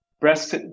breast